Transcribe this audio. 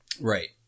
right